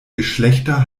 geschlechter